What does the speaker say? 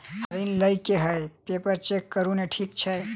हमरा ऋण लई केँ हय पेपर चेक करू नै ठीक छई?